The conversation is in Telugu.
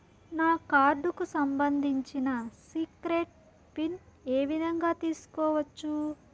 నా కార్డుకు సంబంధించిన సీక్రెట్ పిన్ ఏ విధంగా తీసుకోవచ్చు?